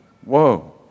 whoa